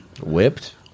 Whipped